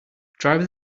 drive